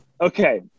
okay